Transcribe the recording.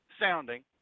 sounding